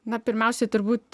na pirmiausiai turbūt